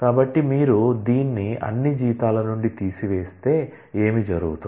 కాబట్టి మీరు దీన్ని అన్ని జీతాల నుండి తీసివేస్తే ఏమి జరుగుతుంది